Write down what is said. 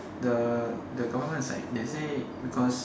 the the government is like they say because